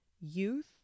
youth